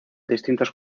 distintos